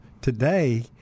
today